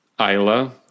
Isla